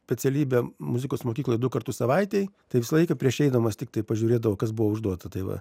specialybę muzikos mokykloje du kartus savaitėj tai visą laiką prieš eidamas tiktai pažiūrėti daug kas buvo užduota tai va